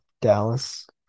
Dallas